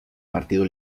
partido